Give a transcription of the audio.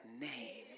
name